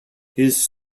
his